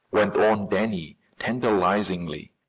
went on danny tantalizingly.